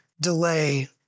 delay